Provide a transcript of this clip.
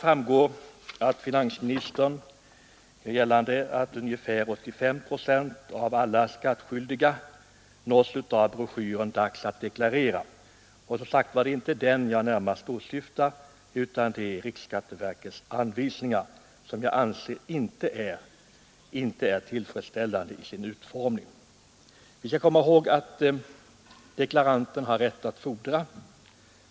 I sitt svar framhåller finansministern att ungefär 85 procent av alla skattskyldiga nås av broschyren Dags att deklarera. Men det är som sagt inte den jag närmast åsyftar, utan det är riksskatteverkets anvisningar som jag inte anser har en tillfredsställande utformning. Deklaranten har rätt att ställa vissa krav på dessa anvisningar.